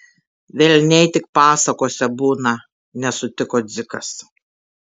velniai tik pasakose būna nesutiko dzikas